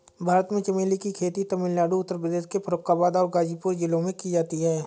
भारत में चमेली की खेती तमिलनाडु उत्तर प्रदेश के फर्रुखाबाद और गाजीपुर जिलों में की जाती है